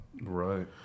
right